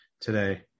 today